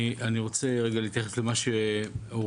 אני רוצה רגע להתייחס למה שאושרת